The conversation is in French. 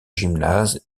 gymnase